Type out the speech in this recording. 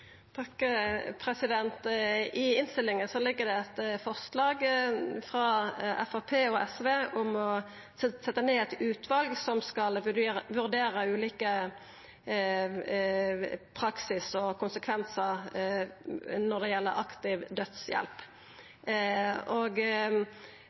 I innstillinga ligg det eit forslag frå Framstegspartiet og SV om å setja ned eit utval som skal vurdera ulik praksis og konsekvensar når det gjeld aktiv dødshjelp.